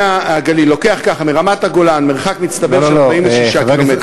ומהגליל לוקח ככה: מרמת-הגולן מרחק מצטבר של 46 קילומטר,